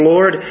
Lord